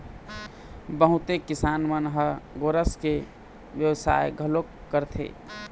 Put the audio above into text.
बहुते किसान मन ह गोरस के बेवसाय घलोक करथे